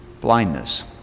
blindness